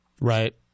Right